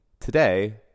today